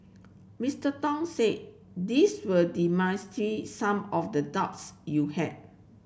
Mister Tong said this will some of the doubts you had